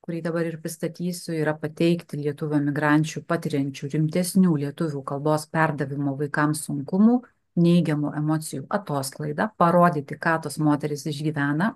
kurį dabar ir pristatysiu yra pateikti lietuvių emigrančių patiriančių rimtesnių lietuvių kalbos perdavimo vaikams sunkumų neigiamų emocijų atosklaidą parodyti ką tos moterys išgyvena